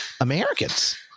Americans